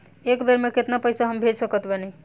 एक बेर मे केतना पैसा हम भेज सकत बानी?